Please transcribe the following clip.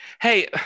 Hey